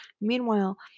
Meanwhile